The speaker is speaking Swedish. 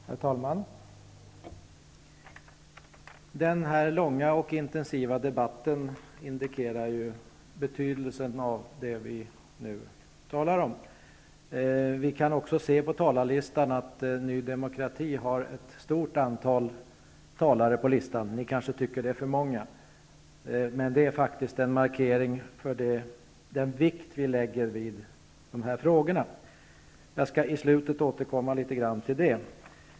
Herr talman! Den här långa och intensiva debatten indikerar betydelsen av det vi nu talar om. Vi kan se på talarlistan att Ny demokrati har ett stort antal talare anmälda till debatten. Ni kanske tycker att det är för många. Men det är faktiskt en markering av den vikt vi lägger vid dessa frågor. Jag skall i slutet återkomma litet grand till det.